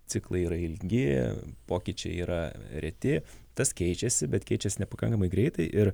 ciklai yra ilgi pokyčiai yra reti tas keičiasi bet keičiasi nepakankamai greitai ir